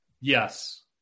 Yes